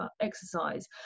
exercise